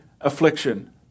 affliction